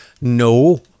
No